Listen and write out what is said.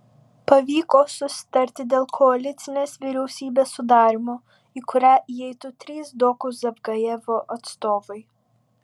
pavyko susitarti dėl koalicinės vyriausybės sudarymo į kurią įeitų trys doku zavgajevo atstovai